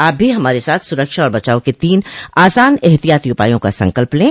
आप भी हमारे साथ सुरक्षा और बचाव के तीन आसान एहतियाती उपायों का संकल्प लें